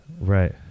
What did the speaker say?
Right